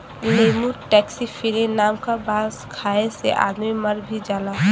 lemur taxiphyllin नाम क बांस खाये से आदमी मर भी जाला